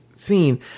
scene